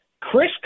Chris